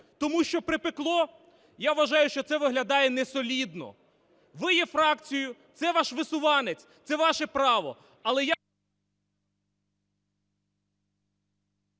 тому що припекло? Я вважаю, що це виглядає несолідно, ви є фракцією, це ваш висуванець, це ваше право,